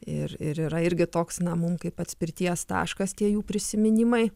ir yra irgi toks na mum kaip atspirties taškas tie jų prisiminimai